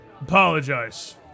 Apologize